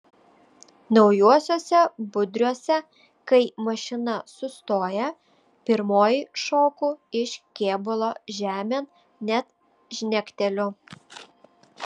naujuosiuose budriuose kai mašina sustoja pirmoji šoku iš kėbulo žemėn net žnekteliu